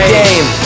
game